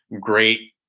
great